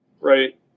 Right